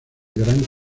gran